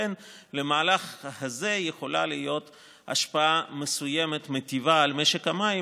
לכן למהלך הזה יכולה להיות השפעה מיטיבה מסוימת על משק המים.